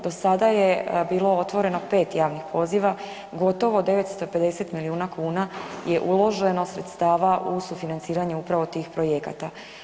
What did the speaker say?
Do sada je bilo otvoreno 5 javnih poziva, gotovo 950 milijuna kuna je uloženo sredstava u sufinanciranje upravo tih projekata.